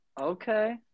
Okay